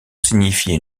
signifier